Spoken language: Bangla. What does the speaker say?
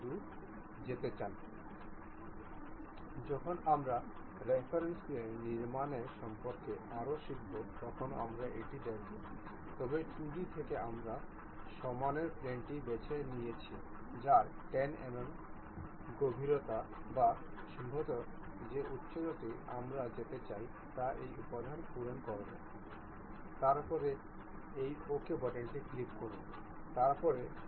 সুতরাং এখন আমরা দেখতে পাচ্ছি যে এটি অটোমেটিকালি ফেসগুলি এবং কনসেন্ট্রিক অভ্যন্তরীণ সারফেস তলগুলি সনাক্ত করেছে এবং এটি দুটিকে সংযুক্ত করেছে